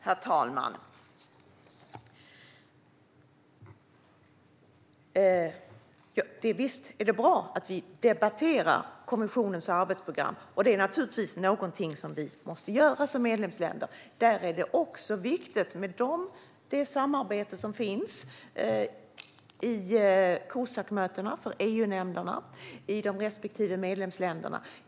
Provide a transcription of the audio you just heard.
Herr talman! Visst är det bra att vi debatterar kommissionens arbetsprogram. Det är någonting som vi måste göra som medlemsländer. Där är det också viktigt med det samarbete som finns i Cosac-mötena för EU-nämnderna i de respektive medlemsländerna.